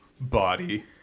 body